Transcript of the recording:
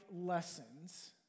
lessons